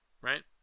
right